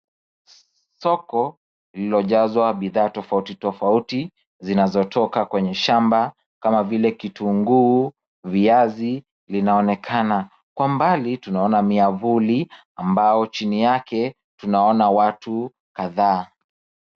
Soko lililojazwa bidhaa tofauti tofauti zinazotoka kwenye shamba kama vile kitunguu, viazi linaonekana. Kwa mbali tunaona myavuli ambao chini yake tunaona watu kadhaa.